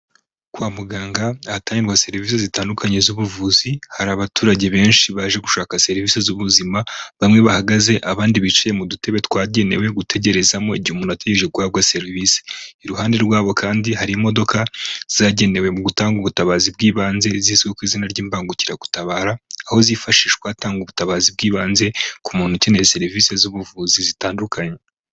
Kwa muganga hatangirwagwa serivisi zitandukanye z'ubuvuzi hari abaturage benshi baje gushaka serivisi z'ubuzima bamwe bahagaze abandi bicaye mu dutebe twagenewe gutegerezamo igihe umuntu ategereje guhabwa serivisi iruhande rwabo kandi hari imodoka zabugenewe mu gutanga ubutabazi bw'ibanze zizwi ku izina ry'imbangukiragutabara aho zifashishwa hatangwa ubutabazi bw'ibanze ku muntu ukeneye serivisi z'ubuvuzi zitandukanye.